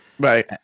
right